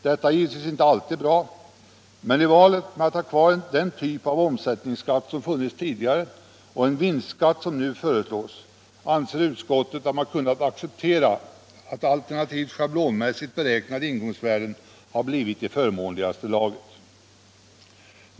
Detta är givetvis inte alltid bra, men i valet mellan att ha kvar den typ av omsättningsskatt som funnits tidigare och en vinstskatt som nu föreslås anser utskottet att man kunnat acceptera att alternativa schablonmässigt beräknade ingångsvärden har blivit i förmånligaste laget.